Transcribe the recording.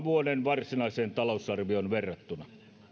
vuoden varsinaiseen talousarvioon verrattuna